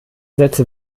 sätze